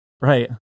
Right